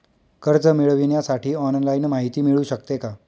कर्ज मिळविण्यासाठी ऑनलाईन माहिती मिळू शकते का?